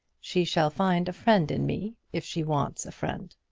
she shall find a friend in me if she wants a friend.